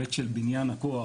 בהיבט של בנין הכוח,